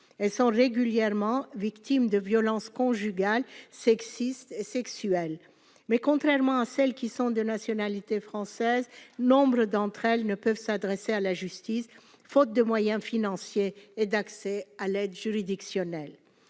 elles sont régulièrement victimes de violences conjugales sexistes et sexuelles mais, contrairement à celles qui sont de nationalité française, nombre d'entre elles ne peuvent s'adresser à la justice, faute de moyens financiers et d'accès à l'aide juridictionnelle